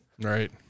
Right